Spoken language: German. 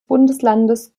bundeslandes